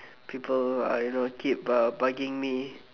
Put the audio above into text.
people I know keep uh bugging me